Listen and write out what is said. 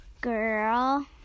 Girl